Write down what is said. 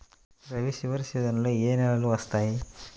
రబీ చివరి సీజన్లో ఏ నెలలు వస్తాయి?